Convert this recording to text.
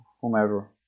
whomever